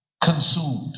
consumed